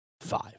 five